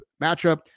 matchup